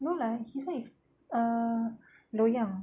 no lah his [one] is uh loyang